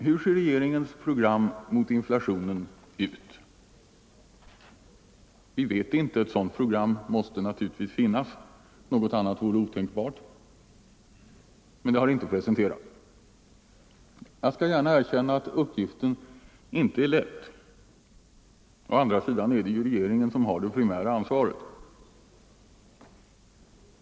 Hur ser nu regeringens program mot inflationen ut? Ett sådant program måste naturligtvis finnas — något annat vore otänkbart — men det har inte presenterats. Jag skall gärna erkänna att uppgiften inte är lätt. Men det är regeringen som har det primära ansvaret.